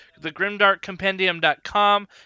thegrimdarkcompendium.com